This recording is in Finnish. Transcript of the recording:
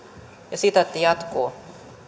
ja sitaatti jatkuu